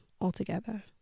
altogether